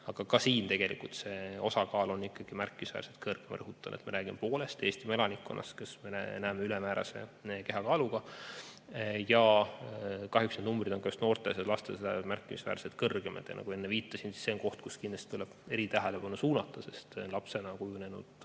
aga ka siin tegelikult see osakaal on ikkagi märkimisväärselt kõrge. Rõhutan, et me räägime poolest Eesti elanikkonnast, keda me näeme ülemäärase kehakaaluga. Kahjuks need numbrid on just noorte ja laste seas märkimisväärselt kõrgemad. Nagu enne viitasin, see on koht, kuhu kindlasti tuleb eritähelepanu suunata, sest lapsena kujunenud